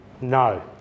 no